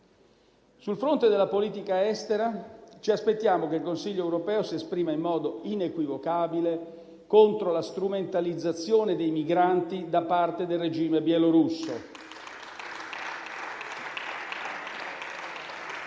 Sul fronte della politica estera, ci aspettiamo che il Consiglio europeo si esprima in modo inequivocabile contro la strumentalizzazione dei migranti da parte del regime bielorusso.